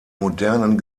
modernen